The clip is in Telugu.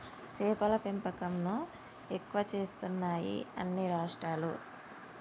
చేపల పెంపకం ను ఎక్కువ చేస్తున్నాయి అన్ని రాష్ట్రాలు